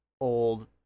old